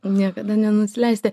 niekada nenusileisti